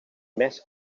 més